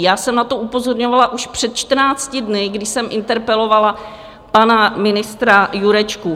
Já jsem na to upozorňovala už před 14 dny, kdy jsem interpelovala pana ministra Jurečku.